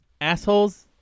assholes